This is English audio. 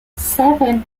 seven